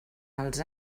els